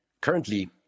currently